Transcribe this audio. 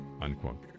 Unquote